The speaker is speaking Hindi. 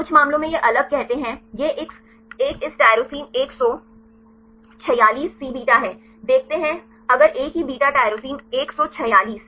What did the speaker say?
कुछ मामलों में यह अलग कहते हैं यह एक इस tyrosine 146 Cβ हैदेखते हैं अगर एक ही β tyrosine 146